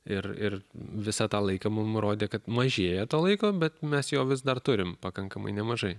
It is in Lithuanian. ir ir visą tą laiką mum rodė kad mažėja to laiko bet mes jo vis dar turim pakankamai nemažai